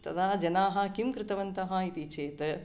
तदा जनाः किं कृतवन्तः इति चेत्